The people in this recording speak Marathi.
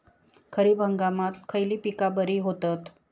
खरीप हंगामात खयली पीका बरी होतत?